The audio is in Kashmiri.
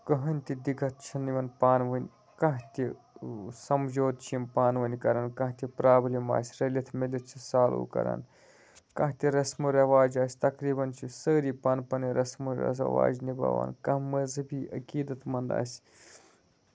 کٕہٕنۍ تہِ دِکَتھ چھنہٕ یِمَن پانہ ؤنۍ کانٛہہ تہِ سَمجوتہِ چھِ یِم پانہٕ ؤنۍ کَران کانٛہہ تہِ پرابلَِم آسہِ رٔلتھ مِلِتھ چھِ سالو کَران کانٛہہ تہِ رَسمو رِواج آسہِ تقریبن چھِ سٲری پَنٕنۍ پَنٕنۍ رَسمو ریواج نِباوان کانٛہہ مزہبی عقیدَت مَنٛد آسہِ